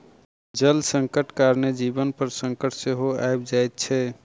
जल संकटक कारणेँ जीवन पर संकट सेहो आबि जाइत छै